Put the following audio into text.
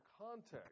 context